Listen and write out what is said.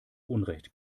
unrecht